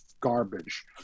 garbage